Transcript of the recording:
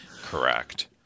correct